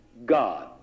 God